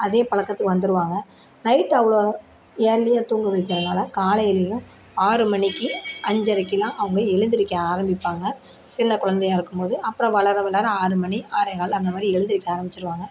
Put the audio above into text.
அதே பழக்கத்துக்கு வந்திருவாங்க நைட் அவ்வளோ ஏர்லியாக தூங்க வைக்கிறதுனால காலையிலயும் ஆறு மணிக்கு அஞ்சரைக்குலாம் அவங்க எழுந்திரிக்க ஆரமிப்பாங்க சின்ன குழந்தையாக இருக்கும்போது அப்பறம் வளர வளர ஆறு மணி ஆறே கால் அந்தமாதிரி எழுந்திரிக்க ஆரமிச்சிடுவாங்க